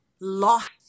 lost